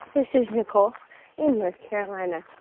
this is nicole in north carolina.